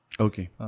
Okay